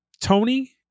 Tony